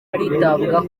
kwitabwaho